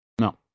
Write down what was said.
No